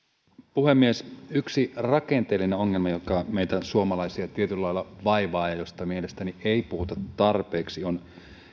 puhemies yksi rakenteellinen ongelma joka meitä suomalaisia tietyllä lailla vaivaa ja josta mielestäni ei puhuta tarpeeksi on